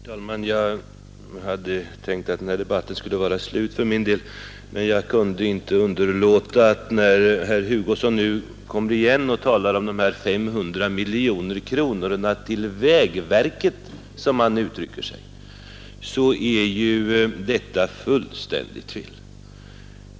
Herr talman! Jag hade tänkt att den här debatten skulle vara slut för min del, men jag kunde inte underlåta att begära ordet när herr Hugosson nu kom igen och talade om 500 miljoner kronor till vägverket, som han uttrycker sig. Det är ju fullständigt fel.